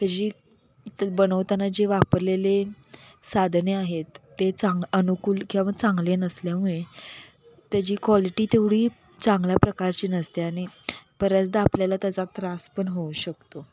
त्याची बनवताना जे वापरलेले साधने आहेत ते चांग अनुकूल किंवा चांगले नसल्यामुळे त्याची क्वालिटी तेवढी चांगल्या प्रकारची नसते आणि बऱ्याचदा आपल्याला त्याचा त्रास पण होऊ शकतो